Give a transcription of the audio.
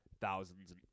thousands